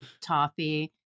toffee